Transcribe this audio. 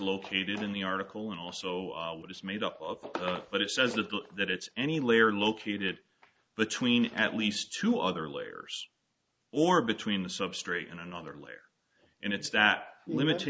located in the article and also what it's made up of but it says if that it's any layer located between at least two other layers or between the substrate and another layer in it's that limit